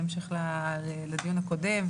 בהמשך לדיון הקודם,